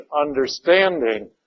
understanding